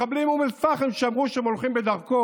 מחבלים מאום אל-פאחם שאמרו, שהם הולכים בדרכו,